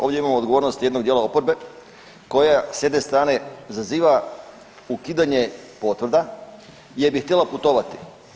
Ovdje imamo odgovornost jednog dijela oporbe koja s jedne strane zaziva ukidanje potvrda jer bi htjela putovati.